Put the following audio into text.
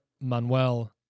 Manuel